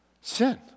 Sin